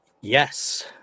Yes